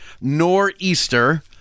Nor'easter